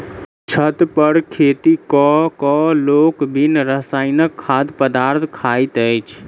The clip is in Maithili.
छत पर खेती क क लोक बिन रसायनक खाद्य पदार्थ खाइत अछि